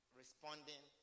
responding